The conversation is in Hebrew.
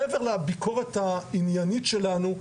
מעבר לביקורת העניינית שלנו,